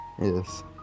Yes